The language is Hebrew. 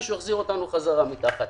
מישהו יחזיר אותנו בחזרה להיות מתחתם.